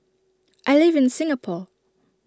I live in Singapore